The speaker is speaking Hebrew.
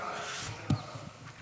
ראש הנחש.